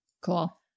cool